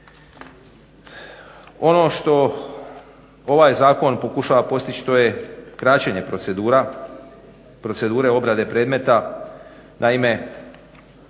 Ono što ovaj zakon pokušava postići to je kraćenje procedura, procedura obrade predmeta. Naime,